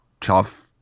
tough